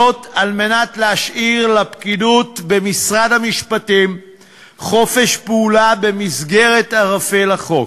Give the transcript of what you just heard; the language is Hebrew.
וזאת על מנת להשאיר לפקידות במשרד המשפטים חופש פעולה במסגרת ערפל החוק.